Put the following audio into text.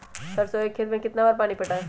सरसों के खेत मे कितना बार पानी पटाये?